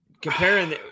comparing